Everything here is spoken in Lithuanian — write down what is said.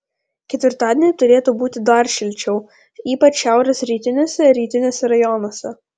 ketvirtadienį turėtų būti dar šilčiau ypač šiaurės rytiniuose rytiniuose rajonuose